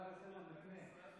הצעה לסדר-היום לפני.